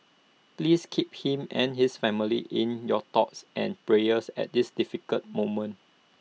please keep him and his family in your thoughts and prayers at this difficult moment